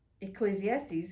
ecclesiastes